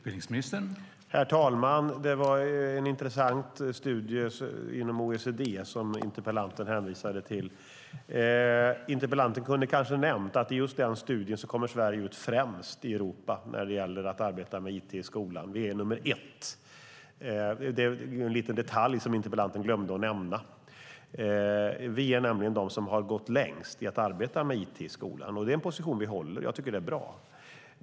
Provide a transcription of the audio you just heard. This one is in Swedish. Herr talman! Det var en intressant studie inom OECD som interpellanten hänvisade till. Interpellanten kunde kanske ha nämnt att i just den studien kommer Sverige ut främst i Europa när det gäller att arbeta med it i skolan. Vi är nummer ett. Det är en liten detalj som interpellanten glömde att nämna. Vi är nämligen de som har gått längst i att arbeta med it i skolan. Det är en position som vi håller, och jag tycker att det är bra.